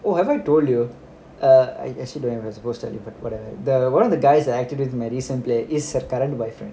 oh have I told you err I actually don't know if I supposed to but whatever one of the guys that acted as my recent play is her current boyfriend